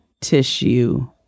tissue